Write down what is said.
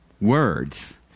words